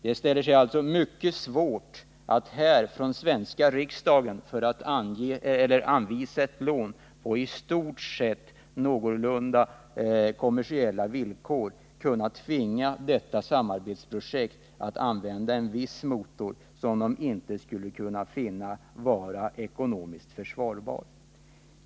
Det ställer sig alltså mycket svårt för oss här i riksdagen att i samband med att vi anvisar ett lån, åtminstone om det skall ges på någorlunda kommersiella villkor, påtvinga detta samarbetsprojekt en viss motor som man inom projektet inte finner vara ekonomiskt försvarbar.